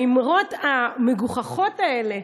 והאמרות המגוחכות האלה,